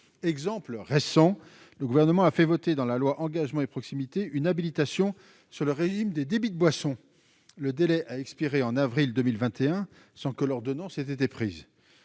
exemple récent, le gouvernement a fait voter dans la loi, engagement proximité une habilitation sur le régime des débits de boissons, le délai a expiré en avril 2021 sans que leur donnant cet été prise